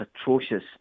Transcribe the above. atrocious